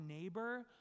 neighbor